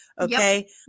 Okay